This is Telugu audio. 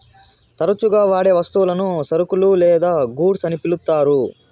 తరచుగా వాడే వస్తువులను సరుకులు లేదా గూడ్స్ అని పిలుత్తారు